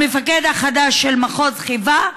המפקד החדש של מחוז חיפה,